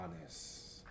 honest